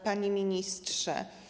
Panie Ministrze!